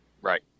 Right